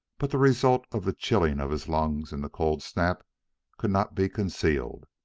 but the result of the chilling of his lungs in the cold snap could not be concealed.